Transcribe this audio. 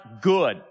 good